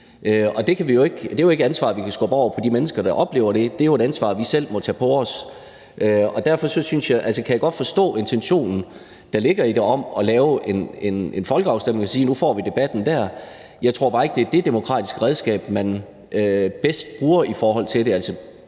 det er jo ikke et ansvar, vi kan skubbe over på de mennesker, der oplever det; det er jo et ansvar, vi selv må tage på os. Derfor kan jeg godt forstå intentionen, der ligger i det, om at lave en folkeafstemning og sige: Nu får vi debatten dér. Jeg tror bare ikke, det er det demokratiske redskab, man bedst bruger i forhold til det.